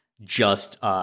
just-